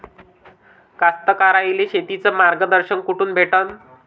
कास्तकाराइले शेतीचं मार्गदर्शन कुठून भेटन?